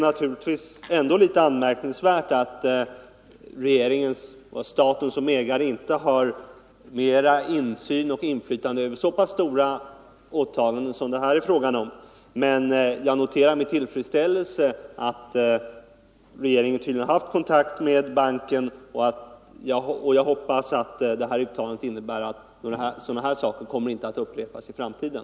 Naturligtvis är det ändå litet anmärkningsvärt att staten som ägare inte har mera insyn i och inflytande över så stora åtaganden som det här är fråga om, men jag noterar med tillfredsställelse att regeringen tydligen har haft kontakt med banken. Jag hoppas att handelsministerns 17 uttalande innebär att sådana här engagemang inte kommer att upprepas i framtiden.